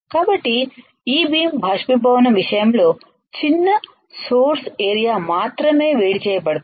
కాబట్టి ఈ e beam బాష్పీభవనం విషయంలో చిన్న సోర్స్ ఏరియా మాత్రమే వేడి చేయబడుతుంది